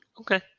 Okay